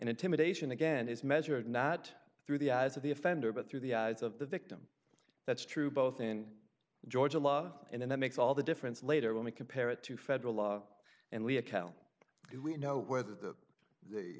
intimidation again is measured not through the eyes of the offender but through the eyes of the victim that's true both in georgia law and then that makes all the difference later when we compare it to federal law and we account we know where the